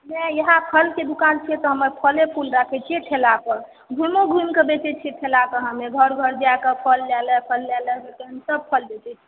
नहि इएह फलके दोकान छै तऽ हमे फले फूल राखै छियै ठेला पर घुमियो घुमिके बेचै छियै ठेला पर हमे घर घर जाइके फल लै लए फल लै लए सब फल बेचै छियै